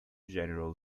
general